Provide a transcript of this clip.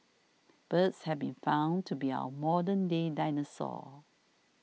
birds have been found to be our modern day dinosaurs